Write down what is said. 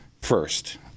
first